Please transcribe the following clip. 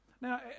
Now